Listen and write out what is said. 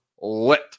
lit